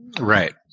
Right